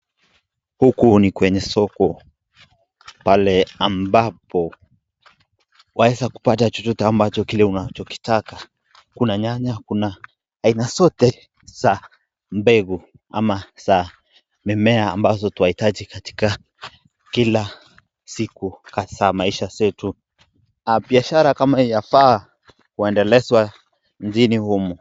Huku ni kwenye soko pale ambapo waweza kupata chochote ambacho kileunacho kitaka. Kuna nyanya kuna aina zote za mbegu ama za mimea ambazo twahitaji katika kila siku hasa maisha zetu. Biashara kama hii apa waedelezwa mjini humu.